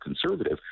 conservative